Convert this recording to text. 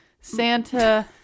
Santa